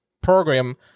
program